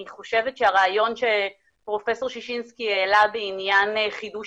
אני חושבת שהרעיון שפרופ' ששינסקי העלה בעניין חידוש